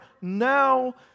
now